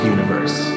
Universe